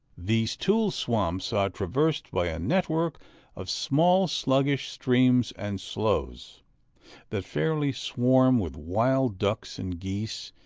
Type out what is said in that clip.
these tuile swamps are traversed by a net-work of small, sluggish streams and sloughs, that fairly swarm with wild ducks and geese,